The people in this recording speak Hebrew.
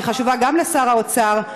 והיא חשובה גם לשר האוצר.